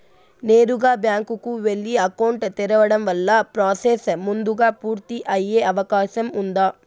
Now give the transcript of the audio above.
నేరుగా బ్యాంకు కు వెళ్లి అకౌంట్ తెరవడం వల్ల ప్రాసెస్ ముందుగా పూర్తి అయ్యే అవకాశం ఉందా?